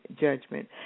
judgment